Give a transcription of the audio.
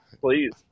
Please